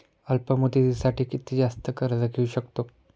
अल्प मुदतीसाठी किती जास्त कर्ज घेऊ शकतो?